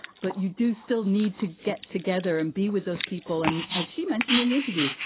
but you do still need to get together and be with those people. and as she mentioned in the interview,